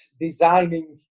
designing